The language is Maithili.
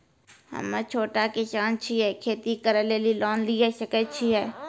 हम्मे छोटा किसान छियै, खेती करे लेली लोन लिये सकय छियै?